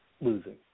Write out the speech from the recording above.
losing